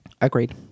agreed